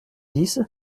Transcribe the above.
dix